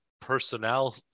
personnel